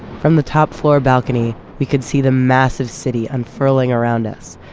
from the top floor balcony, we could see the massive city unfurling around us,